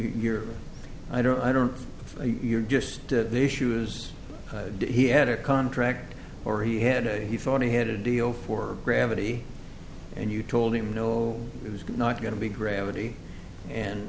your i don't i don't you're just the issues he had a contract or he had a he thought he had a deal for gravity and you told him no it's not going to be gravity and